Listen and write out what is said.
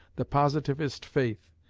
the positivist faith,